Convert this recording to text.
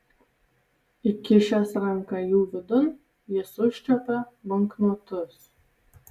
įkišęs ranką jų vidun jis užčiuopė banknotus